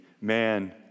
Man